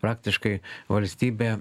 praktiškai valstybė